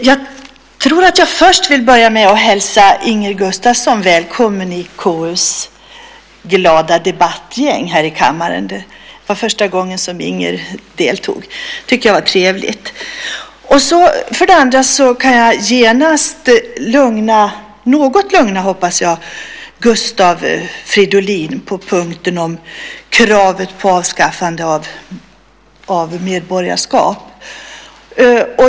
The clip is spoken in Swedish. Herr talman! Jag vill börja med att hälsa Inger Gustafsson välkommen i KU:s glada debattgäng här i kammaren. Det var första gången som Inger deltog, och det tycker jag var trevligt. Jag kan därefter genast något lugna Gustav Fridolin, hoppas jag, på punkten om kravet på avskaffande av krav på medborgarskap.